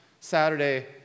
Saturday